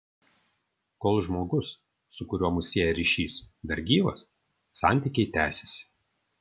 kol žmogus su kuriuo mus sieja ryšys dar gyvas santykiai tęsiasi